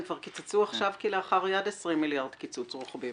הרי הם קיצצו עכשיו כלאחר יד 20 מיליארד קיצוץ רוחבי.